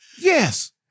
Yes